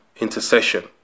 intercession